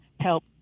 help